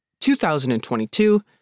2022